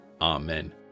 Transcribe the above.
Amen